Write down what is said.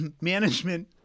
Management